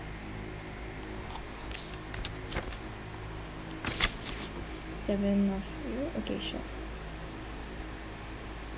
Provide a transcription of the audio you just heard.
seven of you okay sure